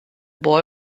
boy